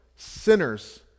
Sinners